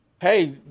hey